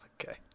Okay